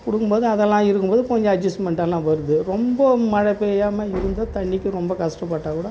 கொடுக்கும்போது அதெல்லாம் இருக்கும்போது கொஞ்சம் அட்ஜஸ்மென்ட்டால்லாம் வருது ரொம்ப மழை பெய்யாமல் இருந்தால் தண்ணிக்கு ரொம்ப கஷ்டப்பட்டால் கூட